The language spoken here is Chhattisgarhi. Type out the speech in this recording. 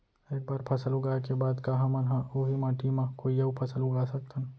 एक बार फसल उगाए के बाद का हमन ह, उही माटी मा कोई अऊ फसल उगा सकथन?